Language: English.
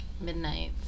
midnight